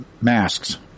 masks